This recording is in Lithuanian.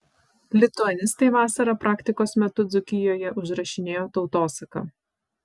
lituanistai vasarą praktikos metu dzūkijoje užrašinėjo tautosaką